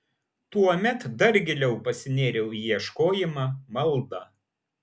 tuomet dar giliau pasinėriau į ieškojimą maldą